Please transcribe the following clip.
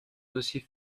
dossier